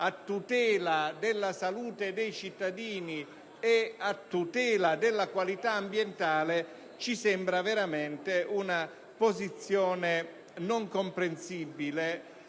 a tutela della salute dei cittadini e della qualità ambientale ci sembra una posizione non comprensibile.